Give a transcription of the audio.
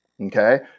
Okay